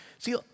See